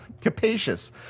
capacious